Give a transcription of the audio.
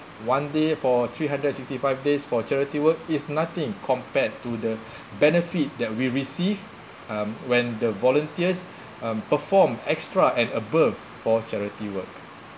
one day for three hundred and sixty five days for charity work is nothing compared to the benefit that we receive um when the volunteers um perform extra and above for charity work